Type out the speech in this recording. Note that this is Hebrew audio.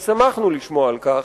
ושמחנו לשמוע על כך,